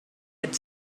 had